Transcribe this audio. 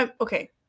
okay